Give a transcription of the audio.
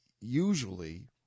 usually